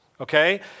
okay